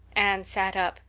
anne sat up,